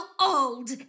old